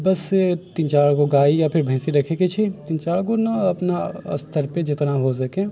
बस तीन चारि गो गाइ या फिर भैँसी रखैके छै तीन दिन अपना स्तरपर जितना हो सके